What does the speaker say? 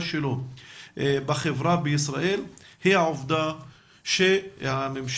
שלו בחברה בישראל היא העובדה שהממשלה,